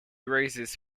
raises